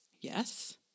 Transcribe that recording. Yes